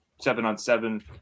seven-on-seven